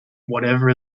whatever